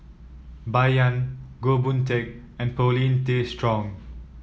Bai Yan Goh Boon Teck and Paulin Tay Straughan